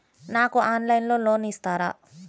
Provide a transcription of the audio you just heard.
నాకు ఆన్లైన్లో లోన్ ఇస్తారా?